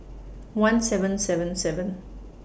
one seven seven seven